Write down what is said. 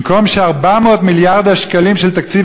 במקום ש-400 מיליארד השקלים של תקציב